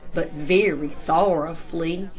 but very sorrowfully.